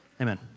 Amen